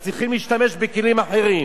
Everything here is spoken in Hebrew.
אז צריכים להשתמש בכלים אחרים.